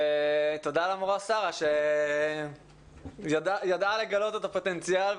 תודה למורה שרה שידעה לגלות את הפוטנציאל,